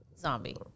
zombie